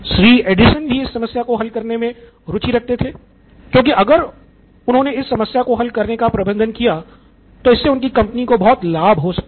Shri Edison भी इस समस्या को हल करने में रुचि रखते थे क्योंकि अगर उन्होने इस समस्या को हल करने का प्रबंधन किया तो इससे उनकी कंपनी को बहुत लाभ हो सकता था